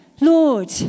Lord